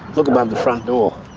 look above the front door,